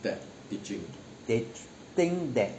they think that through that